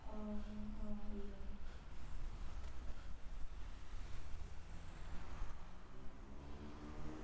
हां हां आई जाना